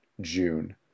June